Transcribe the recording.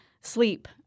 Sleep